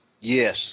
Yes